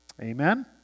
Amen